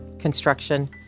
construction